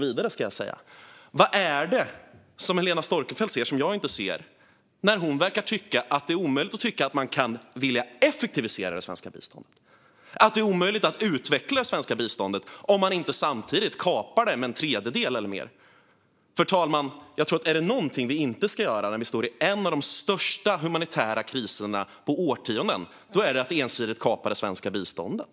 Vad är det som ledamoten Helena Storckenfeldt ser men som jag inte ser? Hon verkar tycka att det är omöjligt att effektivisera och utveckla det svenska biståndet om man inte samtidigt kapar det med en tredjedel eller mer. Fru talman! Är det någonting vi inte ska göra när vi står i en av de största humanitära kriserna på årtionden är det att ensidigt kapa det svenska biståndet.